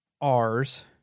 R's